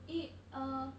eh uh